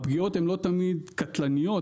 הפגיעות הן לא תמיד קטלניות,